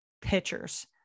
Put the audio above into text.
Pitchers